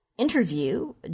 interview